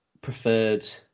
preferred